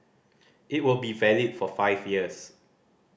it will be valid for five years